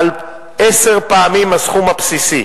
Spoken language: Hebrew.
עשר פעמים הסכום הבסיסי,